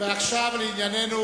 ועכשיו לענייננו.